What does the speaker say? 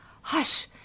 Hush